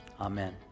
Amen